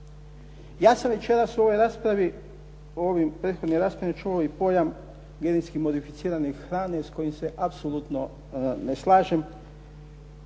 raspravi u ovim prethodnim raspravama čuo i pojam i genetski modificirane hrane s kojim se apsolutno ne slažem.